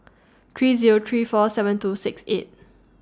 three Zero three four seven two six eight